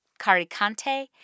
Caricante